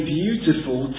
beautiful